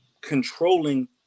controlling